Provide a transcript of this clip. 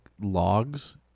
logs